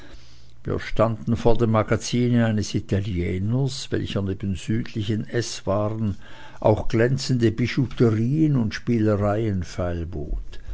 wir standen vor dem magazine eines italieners welcher neben südlichen eßwaren auch glänzende bijouterien und spielereien